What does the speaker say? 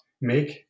make